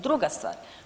Druga stvar.